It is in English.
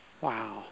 Wow